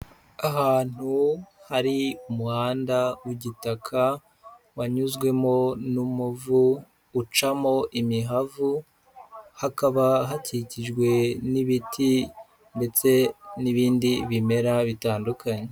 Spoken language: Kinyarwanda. Ahantu hari umuhanda w'igitaka wanyuzwemo n'umuvu ucamo imihavu hakaba hakikijwe n'ibiti ndetse n'ibindi bimera bitandukanye.